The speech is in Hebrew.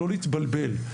לא להתבלבל.